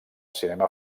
cinema